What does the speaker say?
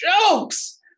jokes